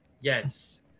yes